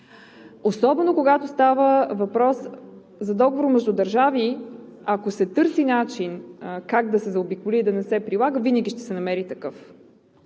Особено когато става въпрос за договор между държави, ако се търси начин как да се заобиколи и да не се прилага, винаги ще се намери такъв.